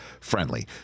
friendly